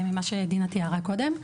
ממה שדינה תיארה קודם.